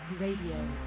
Radio